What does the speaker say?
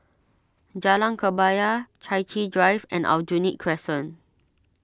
Jalan Kebaya Chai Chee Drive and Aljunied Crescent